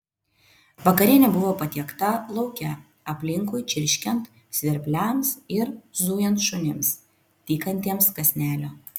vakarienė buvo patiekta lauke aplinkui čirškiant svirpliams ir zujant šunims tykantiems kąsnelio